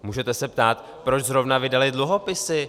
Můžete se ptát proč zrovna vydaly dluhopisy?